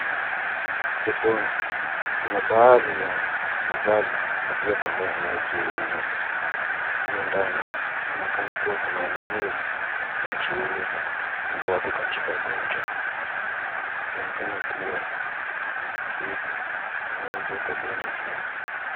Sokoni, kuna baadhi ya mavazi na viatu ambayo yanayojuuzwa. Mle ndani kunaonekana kuwa kuna wanunuzi na wajuuzi ambao wako katika gumzo. Kunaonekana kuwa na vitu vinavyouzwa kwa bei nafuu.